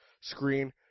screen